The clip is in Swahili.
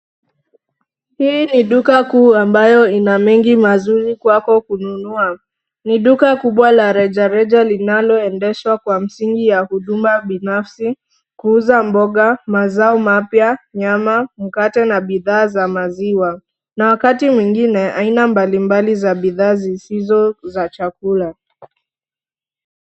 Hii ni duka kuu ambayo ina mengi mazuri kwako kununua. Ni duka kubwa la reja reja linaloendeshwa kwa msingi ya huduma binafsi, kuuza mboga, mazao mapya, nyama, mkate, na bidhaa za maziwa. Na wakati mwingine, aina mbalimbali za bidhaa zisizo za chakula.